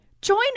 Join